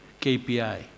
KPI